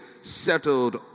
settled